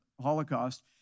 Holocaust